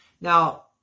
Now